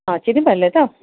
ହଁ ଚିହ୍ମି ପାରିଲେ ତ